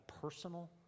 personal